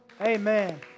Amen